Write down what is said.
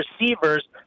receivers